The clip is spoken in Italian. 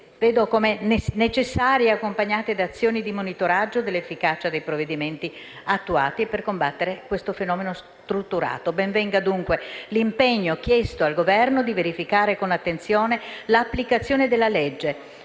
e deve essere accompagnata da azioni di monitoraggio dell'efficacia dei provvedimenti attuati per combattere questo fenomeno strutturato. Ben venga dunque l'impegno chiesto al Governo di verificare con attenzione la concreta applicazione della legge